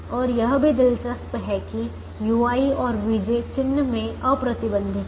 और यह भी दिलचस्प है कि ui और vj चिन्ह में अप्रतिबंधित हैं